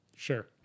Sure